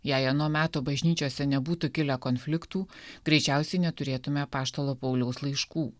jei ano meto bažnyčiose nebūtų kilę konfliktų greičiausiai neturėtume apaštalo pauliaus laiškų